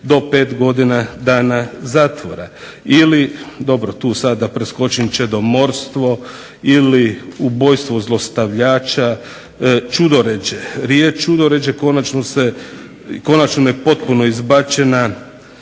do 5 godina dana zatvora, da tu sada preskočim čedomorstvo ili ubojstvo zlostavljača, ćudoređe, riječ ćudoređe konačno je potpuno izbačena